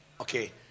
Okay